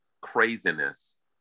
craziness